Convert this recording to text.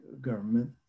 government